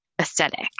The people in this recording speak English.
aesthetic